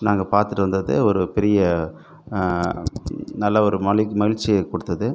நாங்கள் பார்த்துட்டு வந்தது ஒரு பெரிய நல்ல ஒரு மலிக் மகிழ்ச்சியை கொடுத்தது